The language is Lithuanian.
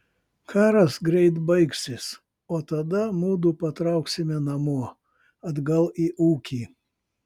karas greit baigsis o tada mudu patrauksime namo atgal į ūkį